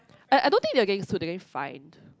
I I don't think they're getting sued they're getting fined